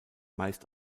meist